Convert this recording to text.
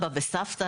כאבם.